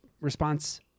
response